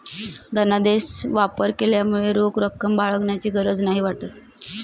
धनादेश वापर केल्यामुळे रोख रक्कम बाळगण्याची गरज नाही वाटत